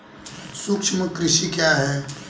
सूक्ष्म कृषि क्या है?